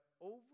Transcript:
over